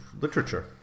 literature